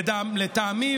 לטעמי,